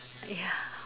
ya